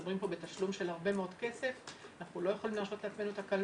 מדובר פה בתשלום של כסף רב ואנחנו לא יכולים להרשות לעצמנו תקלות.